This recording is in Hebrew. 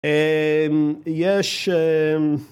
יש